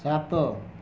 ସାତ